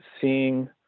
seeing